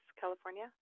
California